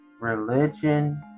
religion